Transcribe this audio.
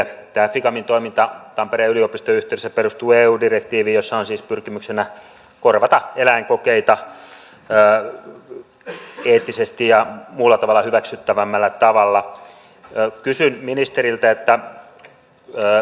tämä ficamin toiminta tampereen yliopiston yhteydessä perustuu eu direktiiviin jossa on siis pyrkimyksenä korvata eläinkokeita eettisesti ja muulla tavalla hyväksyttävämmin